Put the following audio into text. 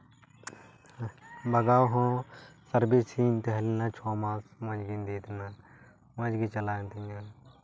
ᱵᱟᱜᱟᱣ ᱦᱚᱸ ᱥᱟᱨᱵᱷᱤᱥᱤᱝ ᱛᱟᱦᱮᱸᱞᱮᱱᱟ ᱪᱷᱚ ᱢᱟᱥ ᱚᱱᱟᱧ ᱤᱫᱤᱭᱟᱫᱮ ᱛᱟᱦᱮᱱᱟ ᱢᱚᱡᱽ ᱜᱮ ᱪᱟᱞᱟᱣᱮᱱ ᱛᱤᱧᱟᱹ